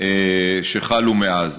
שחלו מאז.